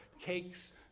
cakes